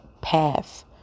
Path